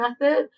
method